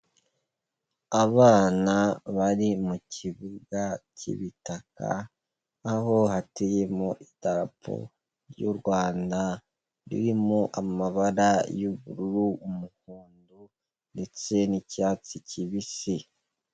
Abana bari mu kibuga cy'ibitaka, aho hateyemo idarapo ry'u Rwanda ririmo amabara y'ubururu, umuhondo ndetse n'icyatsi kibisi.